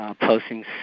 posting